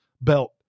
belt